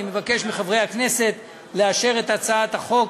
אני מבקש מחברי הכנסת לאשר את הצעת החוק